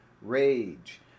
rage